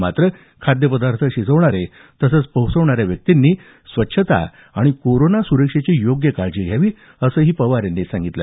मात्र खाद्यपदार्थ शिजवणारे तसंच पोहचवणाऱ्या व्यक्तींनी स्वच्छता आणि कोरोना सुरक्षेची योग्य काळजी घ्यावी असं पवार यांनी सांगितलं